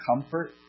comfort